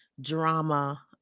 drama